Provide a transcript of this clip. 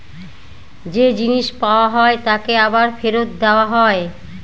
যে জিনিস পাওয়া হয় তাকে আবার ফেরত দেওয়া হয়